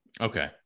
Okay